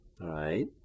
right